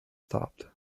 stopped